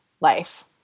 life